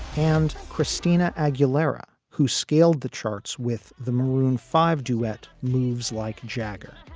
and christina aguilera, who scaled the charts with the maroon five duet moves like jagger.